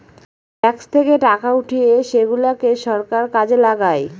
tax থেকে টাকা উঠিয়ে সেগুলাকে সরকার কাজে লাগায়